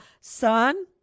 Son